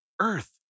earth